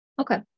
Okay